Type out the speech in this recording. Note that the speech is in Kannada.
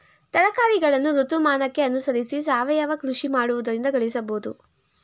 ತರಕಾರಿಗಳನ್ನು ಋತುಮಾನಕ್ಕೆ ಅನುಸರಿಸಿ ಸಾವಯವ ಕೃಷಿ ಮಾಡುವುದರಿಂದ ಗಳಿಸಬೋದು